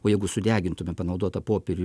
o jeigu sudegintume panaudotą popierių